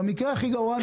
במקרה הכי גרוע,